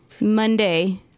Monday